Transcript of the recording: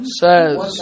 says